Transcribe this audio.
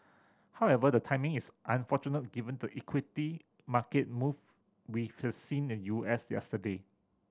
however the timing is unfortunate given the equity market move we could seen in the U S yesterday